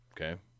Okay